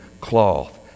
cloth